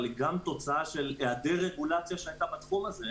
אבל היא גם תוצאה של היעדר רגולציה שהייתה בתחום הזה.